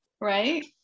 right